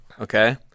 okay